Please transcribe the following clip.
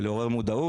ולעורר מודעות.